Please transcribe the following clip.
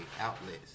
outlets